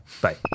Bye